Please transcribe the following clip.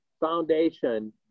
foundation